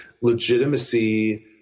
legitimacy